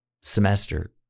semester